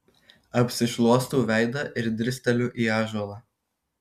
apsišluostau veidą ir dirsteliu į ąžuolą